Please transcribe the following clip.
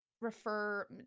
refer